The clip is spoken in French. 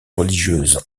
religieuses